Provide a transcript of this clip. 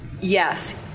yes